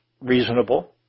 reasonable